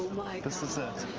like this is it.